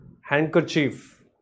handkerchief